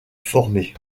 formées